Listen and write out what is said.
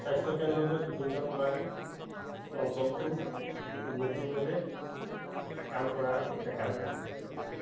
স্বাস্থ্যকেন্দ্ৰটোৱে বিভিন্ন প্ৰকাৰে অঞ্চলটোৰ উন্নতিৰ বাবে কাম কৰা দেখা যায়